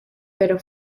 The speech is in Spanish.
pero